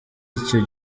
icyo